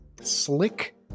slick